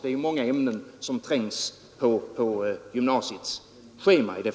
Det är ju så många ämnen som trängs på gymnasiets schema.